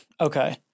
okay